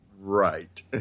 Right